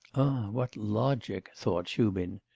what logic thought shubin,